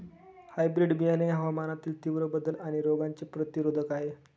hybrid बियाणे हवामानातील तीव्र बदल आणि रोगांचे प्रतिरोधक आहे